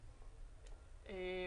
כן.